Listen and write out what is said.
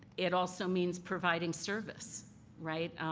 it also means providing service, right?